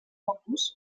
cocos